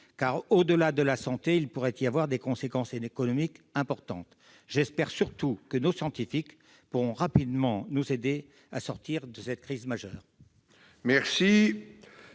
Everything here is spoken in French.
car, au-delà de la santé, il pourrait y avoir des conséquences économiques importantes ; j'espère surtout que nos scientifiques nous aideront rapidement à sortir de cette crise majeure.